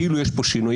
כאילו יש פה שינוי.